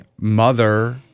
mother